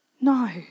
no